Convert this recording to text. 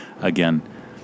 again